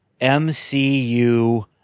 MCU